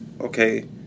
okay